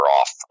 off